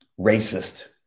racist